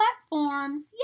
platforms